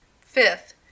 Fifth